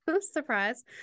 surprise